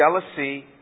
jealousy